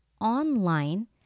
online